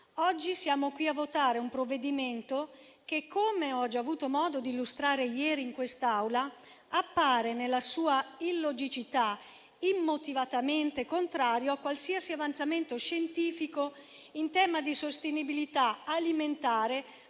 oggi siamo qui a votare un provvedimento che, come ho già avuto modo di illustrare ieri in quest'Aula, appare nella sua illogicità immotivatamente contrario a qualsiasi avanzamento scientifico in tema di sostenibilità alimentare,